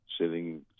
sitting